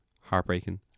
heartbreaking